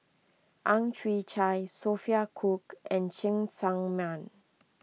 Ang Chwee Chai Sophia Cooke and Cheng Tsang Man